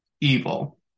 Evil